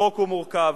החוק מורכב,